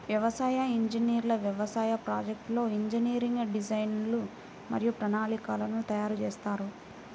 వ్యవసాయ ఇంజనీర్లు వ్యవసాయ ప్రాజెక్ట్లో ఇంజనీరింగ్ డిజైన్లు మరియు ప్రణాళికలను తయారు చేస్తారు